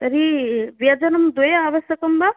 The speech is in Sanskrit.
तर्हि व्यजनं द्वे आवश्यकं वा